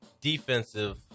Defensive